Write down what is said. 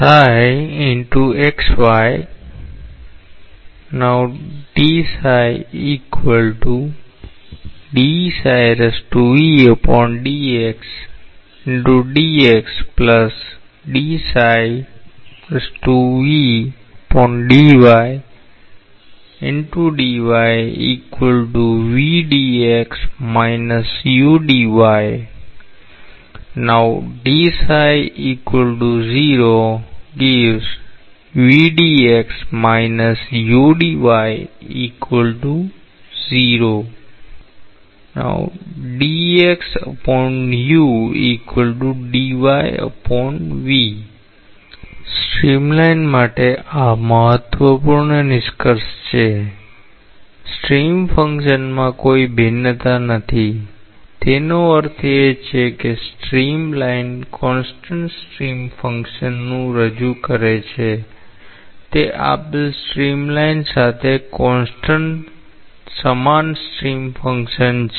streamline માટે આ મહત્વપૂર્ણ નિષ્કર્ષ છે સ્ટ્રીમસ્ટ્રીમ ફંક્શનમાં કોઈ ભિન્નતા નથી તેનો અર્થ એ છે કે એક સ્ટ્રીમલાઇન કોન્સ્ટન્ટ સ્ટ્રીમ ફંક્શનનું રજૂ કરે છે તે આપેલ સ્ટ્રીમલાઇન સાથે કોન્સ્ટન્ટ સમાન સ્ટ્રીમ ફંક્શન છે